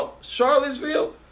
Charlottesville